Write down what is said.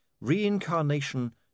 Reincarnation